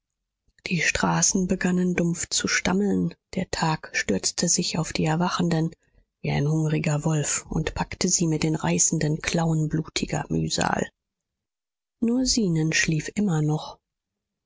die straßen begannen dumpf zu stammeln der tag stürzte sich auf die erwachenden wie ein hungriger wolf und packte sie mit den reißenden klauen blutiger mühsal nur zenon schlief immer noch